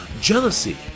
Jealousy